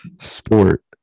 sport